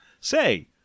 Say